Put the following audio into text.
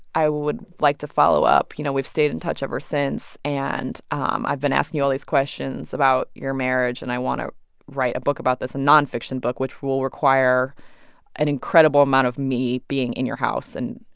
i would like to follow up. you know, we've stayed in touch ever since, and um i've been asking you all these questions about your marriage, and i want to write a book about this a nonfiction book, which will require an incredible amount of me being in your house and.